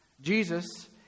Jesus